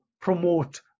promote